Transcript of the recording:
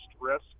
risk